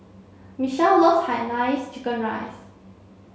Michele loves Hainanese chicken rice